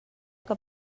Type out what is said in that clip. que